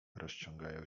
rozciągają